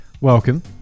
welcome